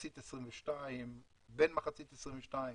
בין מחצית 22'